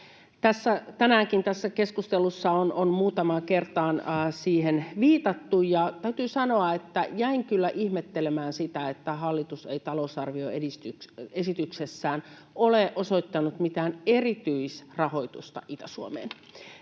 Tänäänkin tässä keskustelussa on muutamaan kertaan siihen viitattu, ja täytyy sanoa, että jäin kyllä ihmettelemään, että hallitus ei talousarvioesityksessään ole osoittanut mitään erityisrahoitusta Itä-Suomeen.